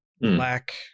black